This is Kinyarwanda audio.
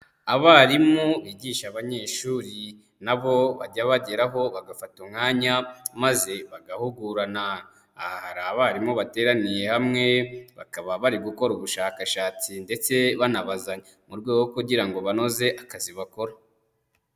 Abarimu bigisha abanyeshuri na bo bajya bageraho bagafata umwanya maze bagahugurana, aha hari abarimu bateraniye hamwe, bakaba bari gukora ubushakashatsi ndetse banabazanya, mu rwego rwo kugira ngo banoze akazi bakora.